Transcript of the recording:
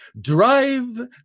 Drive